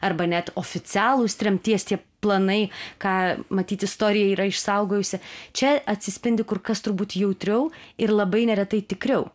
arba net oficialūs tremties tie planai ką matyt istorija yra išsaugojusi čia atsispindi kur kas turbūt jautriau ir labai neretai tikriau